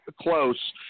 close